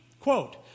Quote